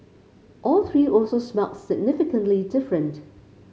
all three also smelled significantly different